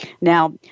Now